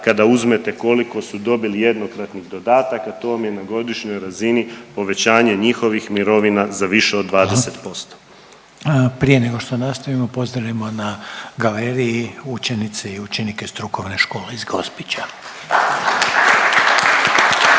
kada uzmete koliko su dobili jednokratnih dodataka, to vam je na godišnjoj razini povećanje njihovih mirovina za više od 20%. **Reiner, Željko (HDZ)** Hvala. Prije nego što nastavimo, pozdravimo na galeriji učenice i učenike Strukovne škole iz Gospoća.